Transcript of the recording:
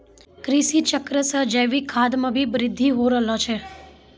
कृषि चक्र से जैविक खाद मे भी बृद्धि हो रहलो छै